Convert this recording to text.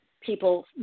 people